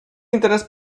interes